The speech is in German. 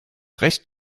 recht